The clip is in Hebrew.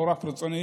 לא רק רצוני.